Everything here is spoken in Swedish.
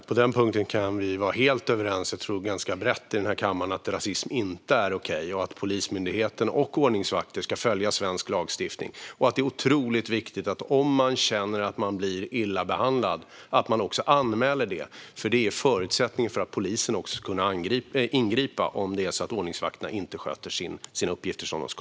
Fru talman! Jag tror att vi brett i denna kammare är helt överens på punkten att rasism inte är okej, att Polismyndigheten och ordningsvakter ska följa svensk lagstiftning och att det är otroligt viktigt att man anmäler om man känner att man blivit illa behandlad, för det är en förutsättning för att polisen ska kunna ingripa om ordningsvakterna inte sköter sina uppgifter som de ska.